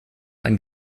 einen